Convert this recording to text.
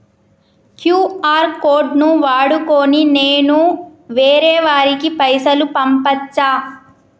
QR code ను వాడుకొని నేను వేరే వారికి పైసలు పంపచ్చా?